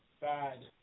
bad